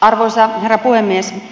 arvoisa herra puhemies